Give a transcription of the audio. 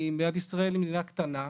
מדינת ישראל היא מדינה קטנה,